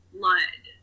blood